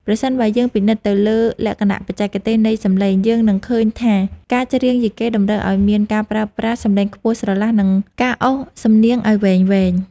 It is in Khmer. ប្រសិនបើយើងពិនិត្យទៅលើលក្ខណៈបច្ចេកទេសនៃសំឡេង យើងនឹងឃើញថាការច្រៀងយីកេតម្រូវឱ្យមានការប្រើប្រាស់សំឡេងខ្ពស់ស្រឡះ និងការអូសសំនៀងឱ្យវែងៗ។